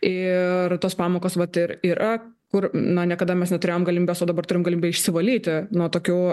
ir tos pamokos vat ir yra kur na niekada mes neturėjom galimybės o dabar turim galimybę išsivalyti nuo tokių